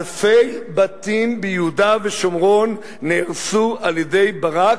אלפי בתים ביהודה ושומרון נהרסו על-ידי ברק,